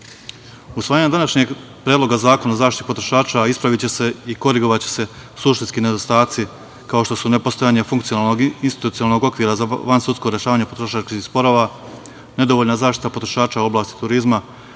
zemlje. Usvajanjem današnjeg Predloga zakona o zaštiti potrošača ispraviće se i korigovaće se suštinski nedostaci, kao što su nepostojanje funkcionalnog i institucionalnog okvira za vansudsko rešavanje potrošačkih sporova, nedovoljna zaštita potrošača u oblasti turizma,